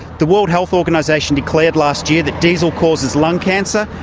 the world health organisation declared last year that diesel causes lung cancer.